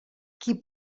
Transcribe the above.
qui